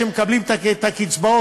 שמקבלים את הקצבאות,